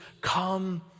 come